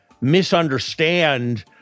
misunderstand